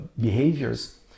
behaviors